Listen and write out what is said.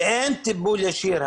אין טיפול ישיר.